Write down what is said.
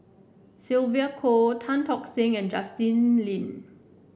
Sylvia Kho Tan Tock Seng and Justin Lean